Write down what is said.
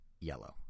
Yellow